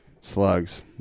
Slugs